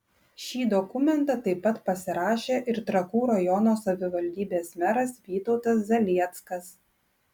šį dokumentą taip pat pasirašė ir trakų rajono savivaldybės meras vytautas zalieckas